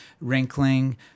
wrinkling